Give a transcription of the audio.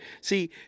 See